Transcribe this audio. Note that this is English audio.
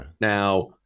now